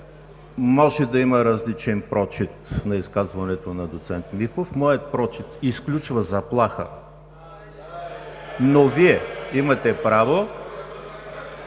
Може да има различен прочит на изказването на доцент Михов. Моят прочит изключва заплаха (шум и реплики),